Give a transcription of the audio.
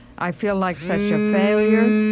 i feel like such a failure.